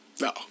No